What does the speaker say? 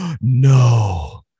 no